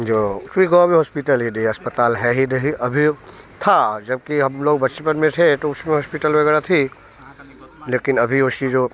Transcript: जो कोई गाँव में हॉस्पिटल ही नहीं है अस्पताल है ही नहीं अभी था जबकि हम लोग बचपन में थे तो उस समय हॉस्पिटल वगैरह थी लेकिन अभी उस चीज़ों